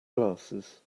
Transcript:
glasses